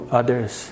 others